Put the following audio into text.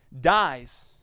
dies